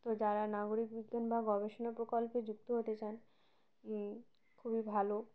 তো যারা নাগরিক বিজ্ঞান বা গবেষণা প্রকল্পে যুক্ত হতে চান খুবই ভালো